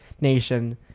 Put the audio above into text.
nation